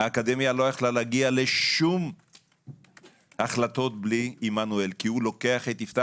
האקדמיה לא יכלה להגיע לשום החלטות בלי עמנואל כי הוא לוקח את יפתח